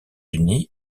unis